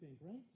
right